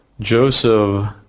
Joseph